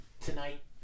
tonight